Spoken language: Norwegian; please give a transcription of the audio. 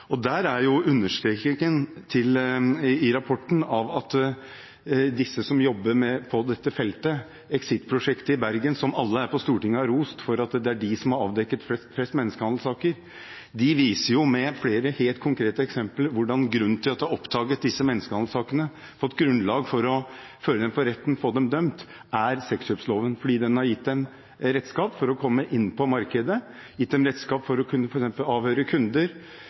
I rapporten understrekes at de som jobber på dette feltet – Exit Prosjektet i Bergen, som alle på Stortinget har rost fordi det er der man har avdekket flest saker om menneskehandel – viser med flere helt konkrete eksempler at grunnen til at man oppdaget disse menneskehandelsakene og fikk grunnlag for å føre sakene for retten og få noen dømt, er sexkjøpsloven. Den har gitt redskaper for å komme inn på markedet og f.eks. avhøre kunder. I Trondheim samler man DNA osv. når kunder får straff, slik at man får et grunnlag for å